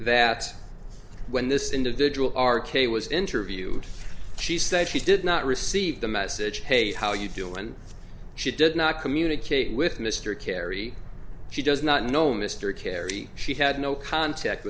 that when this individual r k was interviewed she said she did not receive the message hey how you doing when she did not communicate with mr kerry she does not know mr kerry she had no contact